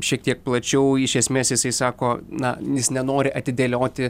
šiek tiek plačiau iš esmės jisai sako na jis nenori atidėlioti